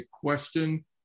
question